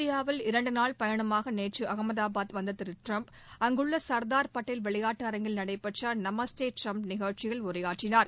இந்தியாவில் இரண்டு நாள் பயணமாக நேற்று அகமதாபாத் வந்த அதிபர் ட்ரம்ப் அங்குள்ள சர்தார் பட்டேல் விளையாட்டு அரங்கில் நடைபெற்ற நமஸ்தே ட்ரம்ப் நிகழ்ச்சியில் உரையாற்றினார்